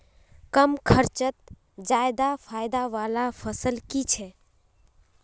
कम खर्चोत ज्यादा फायदा वाला फसल की छे?